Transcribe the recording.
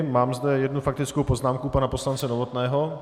Mám zde jednu faktickou poznámku pana poslance Novotného.